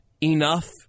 enough